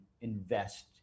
invest